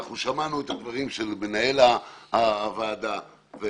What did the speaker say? ואנחנו שמענו את הדברים של מנהל הוועדה וסגנו,